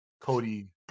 Cody